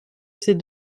ces